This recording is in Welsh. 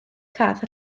cath